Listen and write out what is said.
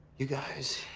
you guys.